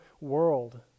world